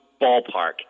ballpark